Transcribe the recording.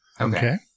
Okay